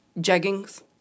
jeggings